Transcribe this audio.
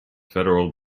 federal